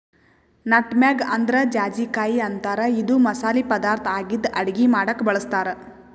nutmeg ಅಂದ್ರ ಜಾಯಿಕಾಯಿ ಅಂತಾರ್ ಇದು ಮಸಾಲಿ ಪದಾರ್ಥ್ ಆಗಿದ್ದ್ ಅಡಗಿ ಮಾಡಕ್ಕ್ ಬಳಸ್ತಾರ್